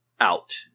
out